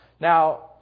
Now